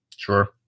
Sure